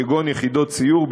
כגון יחידות סיור,